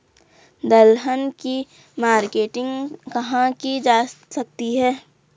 दलहन की मार्केटिंग कहाँ की जा सकती है?